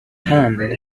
hand